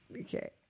Okay